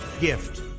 gift